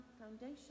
foundation